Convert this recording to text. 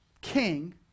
king